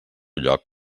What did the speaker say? lloc